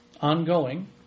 Ongoing